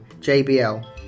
JBL